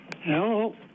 Hello